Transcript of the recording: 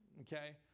okay